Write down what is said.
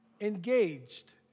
engaged